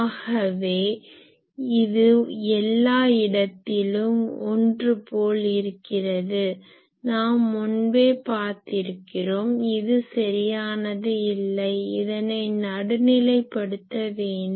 ஆகவே இது எல்லா இடத்திலும் ஒன்று போல இருக்கிறது நாம் முன்பே பார்த்திருக்கிறோம் இது சரியானது இல்லை இதனை நடுநிலை படுத்த வேண்டும்